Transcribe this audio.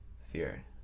fear